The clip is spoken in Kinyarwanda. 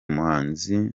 muhanzi